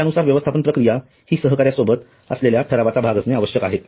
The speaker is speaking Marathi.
त्यानुसार व्यवस्थापन प्रक्रिया हि सहकाऱ्यासोबत असलेल्या ठरावाचा भाग असणे आवश्यक आहे